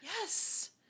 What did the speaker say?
Yes